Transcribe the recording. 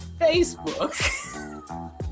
Facebook